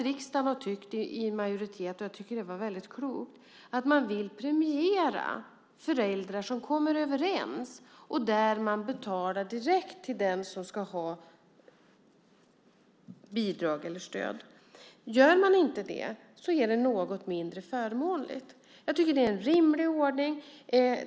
Riksdagens majoritet har tyckt, och jag tycker att det var väldigt klokt, att man vill premiera föräldrar som kommer överens och där man betalar direkt till den som ska ha bidrag eller stöd. Gör man inte det är det något mindre förmånligt. Jag tycker att det är en rimlig ordning.